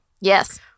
Yes